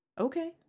Okay